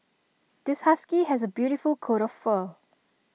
this husky has A beautiful coat of fur